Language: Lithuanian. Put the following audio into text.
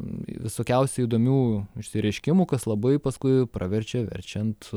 visokiausių įdomių išsireiškimų kas labai paskui praverčia verčiant